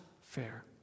fair